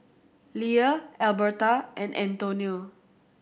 Leah Elberta and Antonio